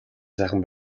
сайхан